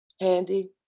handy